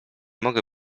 mogę